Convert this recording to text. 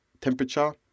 temperature